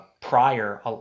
prior